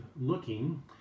looking